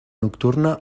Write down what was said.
nocturna